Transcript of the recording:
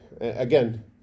again